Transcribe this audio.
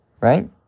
right